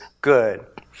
good